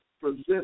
present